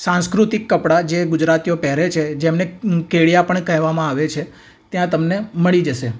સાંસ્કૃતિક કપડાં જે ગુજરાતીઓ પહેરે છે જેમને કેડિયા પણ કહેવામાં આવે છે ત્યાં તમને મળી જશે